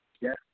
yes